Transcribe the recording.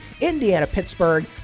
Indiana-Pittsburgh